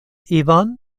ivan